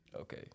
okay